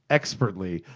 expertly,